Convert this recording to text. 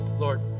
Lord